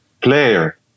player